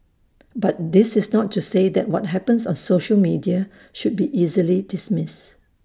but this is not to say that what happens on social media should be easily dismissed